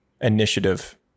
initiative